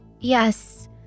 Yes